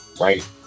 right